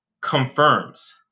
confirms